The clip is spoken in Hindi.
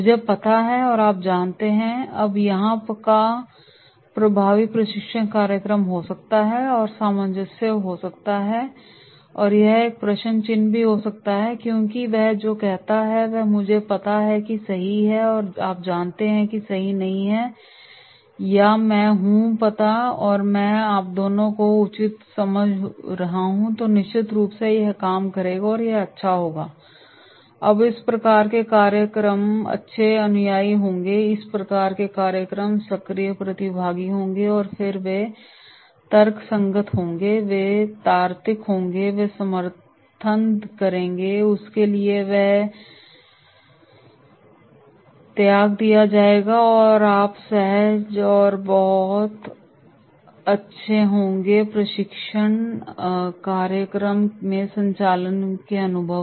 मुझे पता है और आप जानते हैं अब यहाँ यह प्रभावी प्रशिक्षण कार्यक्रम हो सकता है और सामंजस्य हो सकता है या यह एक प्रश्न चिन्ह भी हो सकता है क्योंकि वह जो कहता है वह मुझे पता है कि सही है और आप जानते हैं कि यह सही नहीं है या मैं हूँ पता है कि आप दोनों को उचित समझ हो रही है तो निश्चित रूप से यह काम करेगा और यह अच्छा होगा अब इस प्रकार के कार्यक्रम अच्छे अनुयायी होंगे इस प्रकार के कार्यक्रम सक्रिय प्रतिभागी होंगे और फिर वे तर्कसंगत होंगे वे तार्किक होंगे वे समर्थन करेंगे और इसलिए यह त्याग दिया जाएगा और आप सहज और बहुत अच्छे होंगे प्रशिक्षण कार्यक्रम के संचालन में अनुभव